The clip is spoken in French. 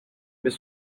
mais